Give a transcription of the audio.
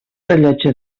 rellotge